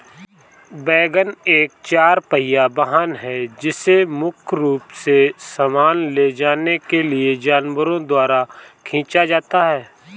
wagon एक चार पहिया वाहन है जिसे मुख्य रूप से सामान ले जाने के लिए जानवरों द्वारा खींचा जाता है